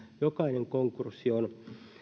jokainen konkurssi on